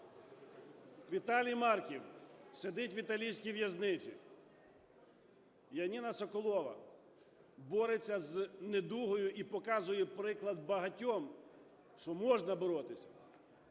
Віталій Марків сидить в італійській в'язниці. Яніна Соколова бореться з недугою і показує приклад багатьом, що можна боротися.